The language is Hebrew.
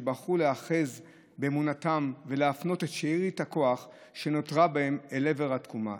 שבחרו להיאחז באמונתם ולהפנות את שארית הכוח שנותרה בהם אל עבר התקומה,